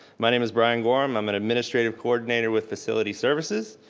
my name is brian gorham. i'm an administrative coordinator with facility services.